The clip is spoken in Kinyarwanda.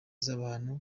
z’abantu